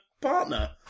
partner